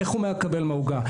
איך הוא מקבל מהעוגה,